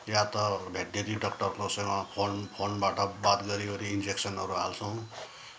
या त भेटनेरी डाक्टरसँग फोनबाट बात गरिओरी इन्जेक्सनहरू हाल्छौँ